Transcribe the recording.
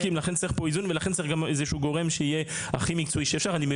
אני גם לא חושבת שאנשי נתיב בהכשרה שלהם וביכולות